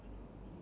yes